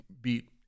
beat